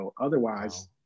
Otherwise